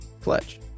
fletch